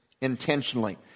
intentionally